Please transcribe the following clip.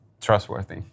trustworthy